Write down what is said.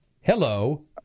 Hello